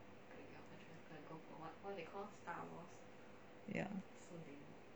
ya